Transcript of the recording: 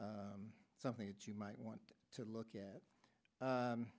y something that you might want to look at